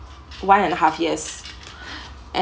one and a half years